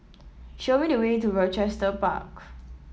show me the way to Rochester Park